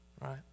right